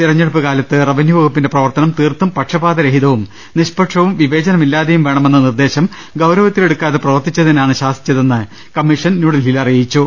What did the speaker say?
തിരഞ്ഞെടുപ്പ് കാലത്ത് റവന്യുവകുപ്പിന്റെ പ്രവർത്തനം തീർത്തും പക്ഷപാതരഹിതവും നിഷ്പക്ഷവും വിവേചനമി ല്ലാതെയും വേണമെന്ന നിർദ്ദേശം ഗൌരവത്തിലെടുക്കാതെ പ്രവർത്തിച്ചതി നാണ് ശാസിച്ചതെന്ന് കമ്മിഷൻ ന്യൂഡൽഹിയിൽ അറിയിച്ചു